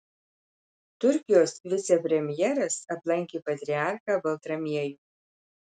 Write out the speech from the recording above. turkijos vicepremjeras aplankė patriarchą baltramiejų